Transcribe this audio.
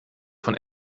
von